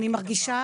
אני מרגישה